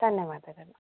ಧನ್ಯವಾದಗಳು